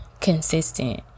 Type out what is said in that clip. consistent